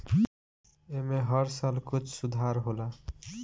ऐमे हर साल कुछ सुधार होला